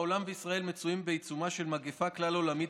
העולם וישראל מצויים בעיצומה של מגפה כלל-עולמית